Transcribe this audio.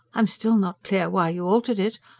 i'm still not clear why you altered it.